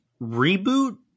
reboot